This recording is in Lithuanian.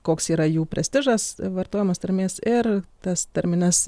koks yra jų prestižas vartojamos tarmės ir tas tarmines